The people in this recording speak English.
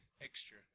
extra